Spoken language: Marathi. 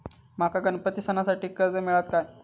माका गणपती सणासाठी कर्ज मिळत काय?